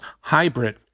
Hybrid